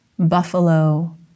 buffalo